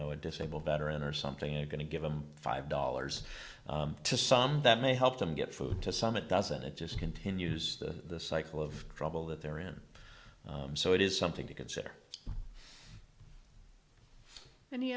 know a disabled veteran or something you're going to give them five dollars to some that may help them get food to some it doesn't it just continues the cycle of trouble that they're in so it is something to consider any